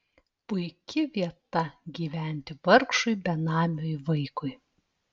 puiki vieta gyventi vargšui benamiui vaikui